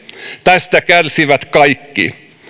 tästä kärsivät kaikki